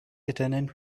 attendant